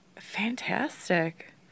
Fantastic